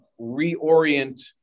reorient